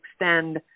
extend